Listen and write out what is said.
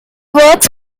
works